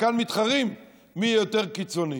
כאן מתחרים מי יותר קיצוני.